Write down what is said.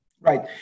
Right